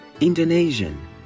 Indonesian